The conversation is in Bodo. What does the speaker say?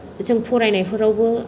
जों फरायनायफोरावबो